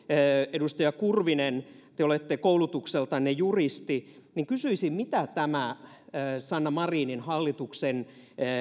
edustaja kurvinen te olette koulutukseltanne juristi ja kysyisin mitä tarkoittaa tämä sanna marinin hallituksen